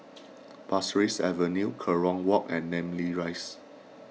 Pasir Ris Avenue Kerong Walk and Namly Rise